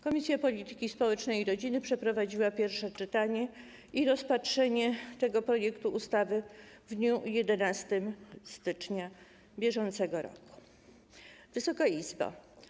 Komisja Polityki Społecznej i Rodziny przeprowadziła pierwsze czytanie i rozpatrzyła ten projekt ustawy w dniu 11 stycznia br. Wysoka Izbo!